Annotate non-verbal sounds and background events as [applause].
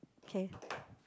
K [noise]